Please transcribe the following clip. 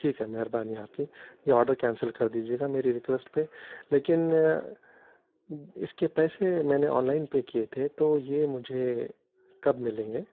ٹھیک ہے مہربانی آپ کی یہ آڈر کینسل کر دیجیے گا میری ریکویسٹ پہ لیکن اس کے پیسے میں نے آنلائن پے کیے تھے تو یہ مجھے کب ملیں گے